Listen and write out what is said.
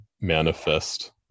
manifest